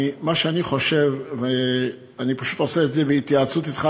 אני פשוט עושה את זה בהתייעצות אתך,